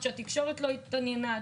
התקשורת לא התעניינה,